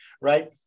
right